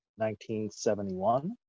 1971